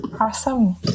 Awesome